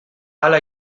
hala